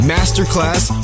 Masterclass